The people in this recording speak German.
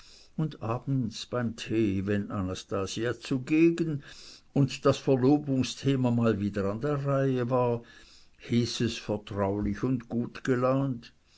und abends beim tee wenn anastasia zugegen und das verlobungsthema mal wieder an der reihe war hieß es vertraulich und